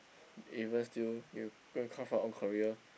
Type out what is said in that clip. even still you go and craft your own career